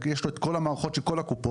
יש לו את כל המערכות של כל הקופות,